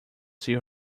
see